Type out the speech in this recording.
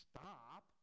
Stop